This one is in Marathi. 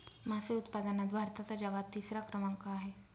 मासे उत्पादनात भारताचा जगात तिसरा क्रमांक आहे